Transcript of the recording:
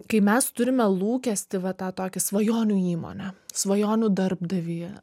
kai mes turime lūkestį va tą tokį svajonių įmonę svajonių darbdavį